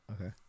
Okay